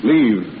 Leave